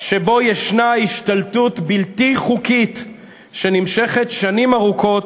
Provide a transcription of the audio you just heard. שבו ישנה השתלטות בלתי חוקית שנמשכת שנים ארוכות